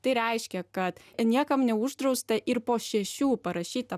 tai reiškia kad niekam neuždrausta ir po šešių parašyt tą